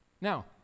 Now